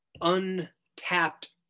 untapped